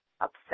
upset